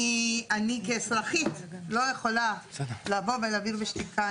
אני כאזרחית, לא יכולה לבוא ולהגיב בשתיקה.